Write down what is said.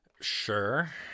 Sure